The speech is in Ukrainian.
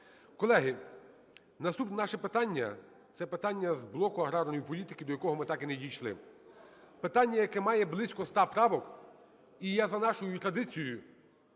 Колеги, наступне наше питання - це питання з блоку аграрної політики, до якого ми так і не дійшли. Питання, яке має близько 100 правок. І я за нашою традицією